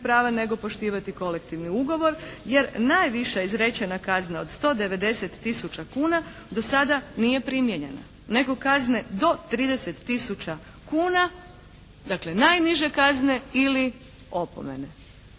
prava nego poštivati kolektivni ugovor jer najviše izrečena kazna od 190 tisuća kuna do sada nije primijenjena nego kazne do 30 tisuća kuna, dakle najniže kazne ili opomene.